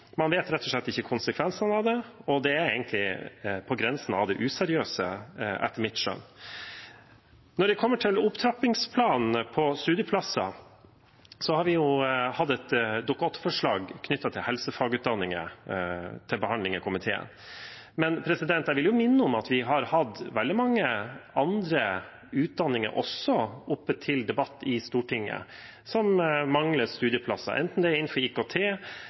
Man kjenner rett og slett ikke konsekvensene av det, og det er egentlig på grensen til det useriøse, etter mitt skjønn. Når det kommer til opptrappingsplanen for studieplasser, har vi jo hatt et Dokument 8-forslag knyttet til helsefagutdanningene til behandling i komiteen. Men jeg vil minne om at vi også har hatt oppe til debatt i Stortinget veldig mange andre utdanninger som mangler studieplasser, enten det er innenfor IKT,